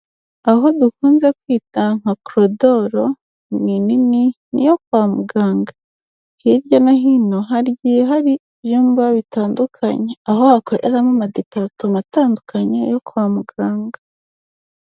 Aho dukunze kwita nka korodoro ni nini ni iyo kwa muganga. Hirya no hino hagiye hari ibyumba bitandukanye. Aho hakoreramo amadiparitoma atandukanye yo kwa muganga.